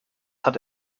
hat